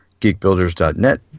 GeekBuilders.net